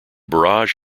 barrage